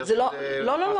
לא.